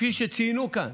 כפי שציינו כאן,